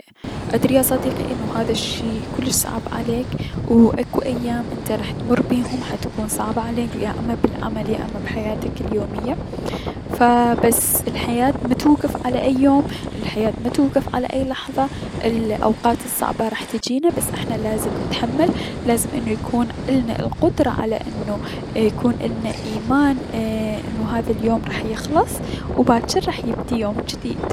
ادري يا صديقي انو هذا الشي كلش صعب عليك و اكو ايام ختمر بيهم حتكون صعبة عليك يا اما بالعمل يا اما بحياتك اليومية، ف بس الحياة متوكف على اي يوم، الحياة متوكف على اي لحظة، الأوقات الصعبة راح تجينا بس احنا لازم نتحمل، لازم يكون النا القدرة على انو يكون النا ايمان انو ايي- هذا اليوم راح يخلص و باجر راح يبدي يوم جديد.